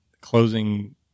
closing